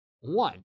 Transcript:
One